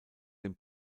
dem